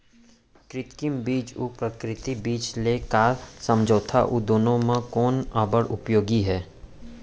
कृत्रिम बीज अऊ प्राकृतिक बीज ले का समझथो अऊ दुनो म कोन अब्बड़ उपयोगी हे?